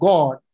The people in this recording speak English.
God